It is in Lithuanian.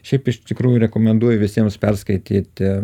šiaip iš tikrųjų rekomenduoju visiems perskaityti